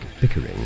bickering